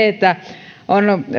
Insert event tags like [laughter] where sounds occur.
[unintelligible] että valtiolla on